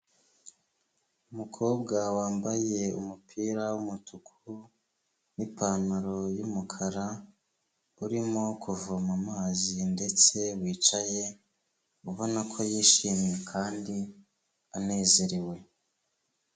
Umukobwa wambaye umupira w'umutuku n'ipantaro y'umukara, urimo kuvoma amazi ndetse wicaye ubona ko yishimye kandi anezerewe.